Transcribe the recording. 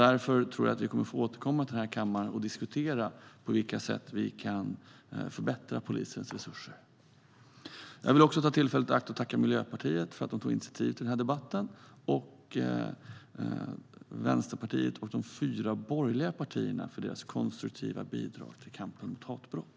Därför tror jag att vi kommer att få återkomma till kammaren och diskutera på vilket sätt vi kan förbättra polisens resurser. Jag vill ta tillfället i akt att tacka Miljöpartiet för att de tog initiativ till den här debatten, och jag vill tacka Vänsterpartiet och de fyra borgerliga partierna för deras konstruktiva bidrag till kampen mot hatbrott.